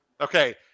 okay